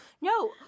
No